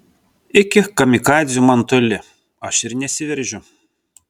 iki kamikadzių man toli aš ir nesiveržiu